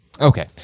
Okay